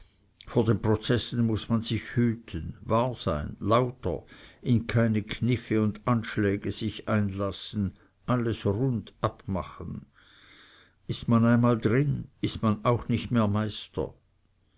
vor den prozessen muß man sich hüten wahr sein lauter in keine kniffe und anschläge sich einlassen alles rund abmachen ist man einmal darin ist man auch nicht mehr meister